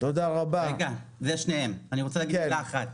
זה שניהם, אני רוצה להגיד עוד מילה אחת.